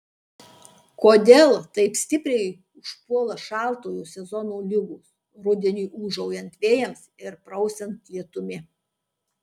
kodėl taip stipriai užpuola šaltojo sezono ligos rudeniui ūžaujant vėjams ir prausiant lietumi